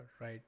right